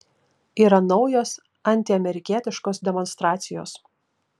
yra naujos antiamerikietiškos demonstracijos